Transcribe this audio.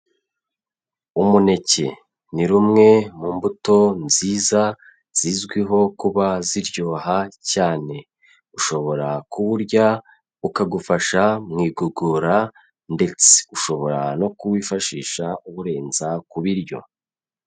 Umuneke ni rumwe mu mbuto nziza zizwiho kuba ziryoha cyane, ushobora kuwurya ukagufasha mu igogora ndetse ushobora no kuwifashisha uwurenza ku biryo.